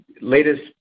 latest